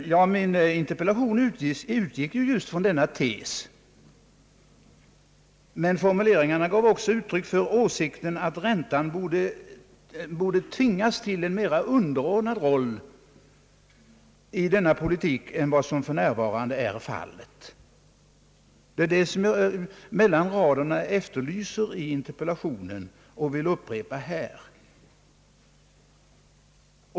Min interpellation utgick just från denna tes, men formuleringarna gav också uttryck för åsikten, att räntan borde tvingas till en mera underordnad roll i den ekonomiska politiken än vad som för närvarande är fallet. Det är det som jag mellan raderna upplyser i interpellationen och vill upprepa här.